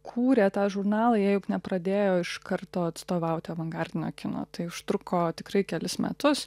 kūrė tą žurnalą jie juk nepradėjo iš karto atstovauti avangardinio kino tai užtruko tikrai kelis metus